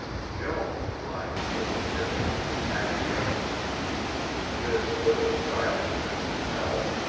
joan, lying so still, was acquiescent this little striving thing rebelled.